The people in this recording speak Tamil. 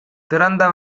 திறந்த